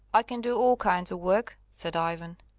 i can do all kinds of work, said ivan.